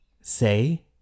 say